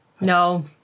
No